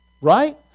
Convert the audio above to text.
Right